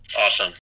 Awesome